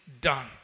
done